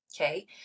Okay